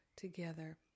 together